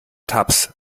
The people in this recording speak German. tabs